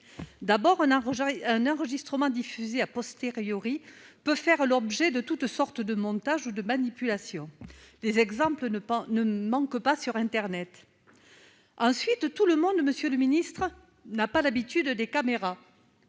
D'abord, un enregistrement diffusé peut faire l'objet de toutes sortes de montages ou de manipulations. Les exemples ne manquent pas sur internet. Ensuite, tout le monde n'a pas l'habitude des caméras,